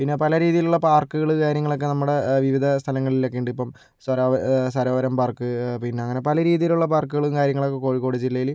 പിന്നെ പല രീതിയിലുള്ള പാർക്കുകൾ കാര്യങ്ങളൊക്കെ നമ്മുടെ വിവിധ സ്ഥലങ്ങളിലൊക്കെ ഉണ്ട് ഇപ്പം സരോവരം പാർക്ക് പിന്നെ അങ്ങനെ പല രീതിയിലുള്ള പാർക്കുകളും കാര്യങ്ങളൊക്കെ കോഴിക്കോട് ജില്ലയിൽ